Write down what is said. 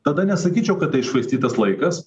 tada nesakyčiau kad tai iššvaistytas laikas